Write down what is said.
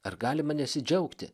ar galima nesidžiaugti